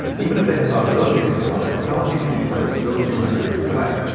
even if they had thought of building a canal, the technology to do so was still two hundred years away.